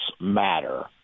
matter